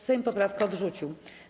Sejm poprawkę odrzucił.